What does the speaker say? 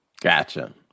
Gotcha